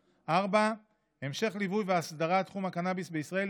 4. המשך ליווי והסדרת תחום הקנביס בישראל,